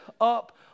up